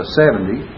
seventy